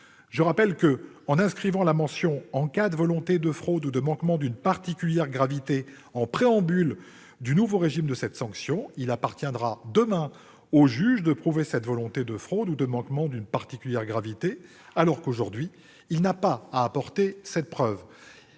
proposé d'inscrire la mention :« en cas de volonté de fraude ou de manquement d'une particulière gravité » en préambule du nouveau régime de cette sanction. Il appartiendra donc demain au juge de prouver cette volonté de fraude ou de manquement d'une particulière gravité, alors qu'il n'a pas à le faire